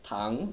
糖